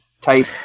type